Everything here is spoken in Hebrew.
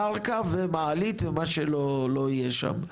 קרקע ומעלית ומה שלא יהיה שם?